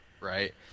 Right